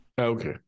Okay